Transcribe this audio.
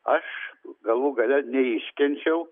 aš galų gale neiškenčiau